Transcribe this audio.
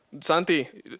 Santi